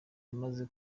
yamaze